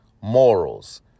morals